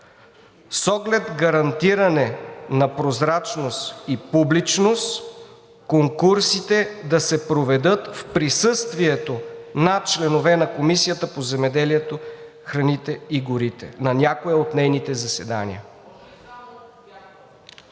С оглед гарантиране на прозрачност и публичност конкурсите да се проведат в присъствието на членове на Комисията по земеделието, храните и горите – на някое от нейните заседания.“